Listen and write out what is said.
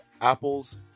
Apples